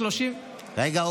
רגע,